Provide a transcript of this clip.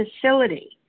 facility